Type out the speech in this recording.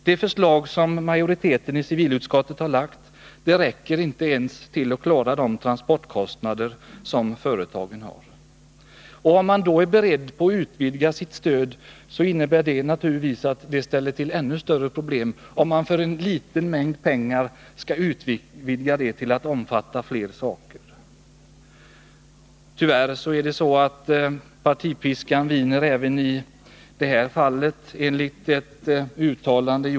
Det förslag som majoriteten icivilutskottet lagt fram räcker inte ens till för att klara de transportkostnader som företagen har. Om man är beredd att utvidga sitt stöd utan ytterligare medel, innebär det ännu större problem, eftersom en liten mängd pengar skall räcka till för fler saker. Tyvärr är det så att partipiskan viner även i detta fall.